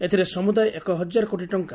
ଏଥିରେ ସମୁଦାୟ ଏକ ହଜାର କୋଟି ଟଙ୍କ